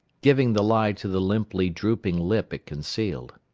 giving the lie to the limply drooping lip it concealed.